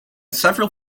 several